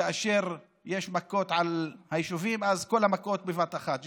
כאשר יש מכות על היישובים אז כל המכות בבת אחת,